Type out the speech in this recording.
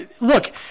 Look